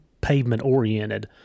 pavement-oriented